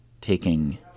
taking